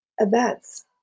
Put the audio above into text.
events